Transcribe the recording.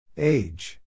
Age